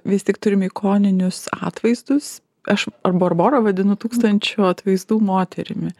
vis tik turime ikoninius atvaizdus aš ar barbora vadinu tūkstančių atvaizdų moterimi